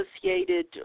associated